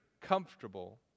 comfortable